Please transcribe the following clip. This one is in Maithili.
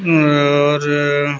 आओर